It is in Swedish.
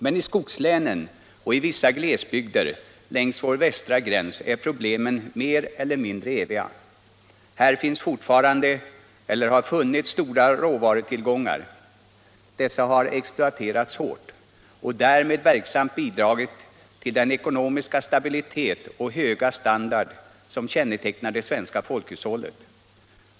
Men i skogslänen och i vissa glesbygder längs vår västra gräns är problemen mer eller mindre eviga. Här finns fortfarande — eller har funnits — stora råvarutillgångar. Dessa har exploaterats hårt och har därmed verksamt bi dragit till den ekonomiska stabilitet och höga standard som kännetecknar det svenska folkhushållet.